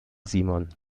simon